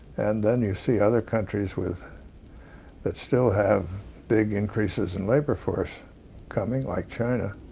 and then you see other countries with that still have big increases in labor force coming, like china,